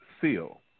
seal